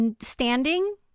standing